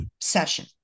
session